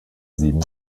sieben